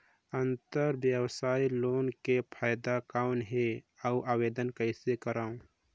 अंतरव्यवसायी लोन के फाइदा कौन हे? अउ आवेदन कइसे करव?